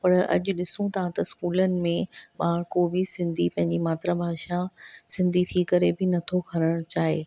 पर अॼु ॾिसूं था त स्कूलनि में ॿारु को बि सिंधी पंहिंजी मातृभाषा सिंधी थी करे बि नथो खणण चाहे